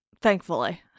Thankfully